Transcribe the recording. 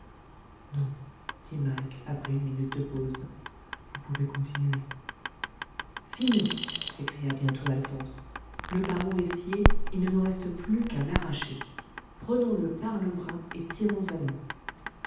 non dit mike après une minute de pause vous pouvez continuer fini s'écria bientôt alphonse le barreau est scié il ne nous reste plus qu'à l'arracher prenons-le par le bas et tirons à nous